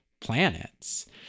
planets